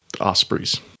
Ospreys